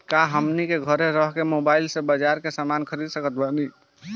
का हमनी के घेरे रह के मोब्बाइल से बाजार के समान खरीद सकत बनी?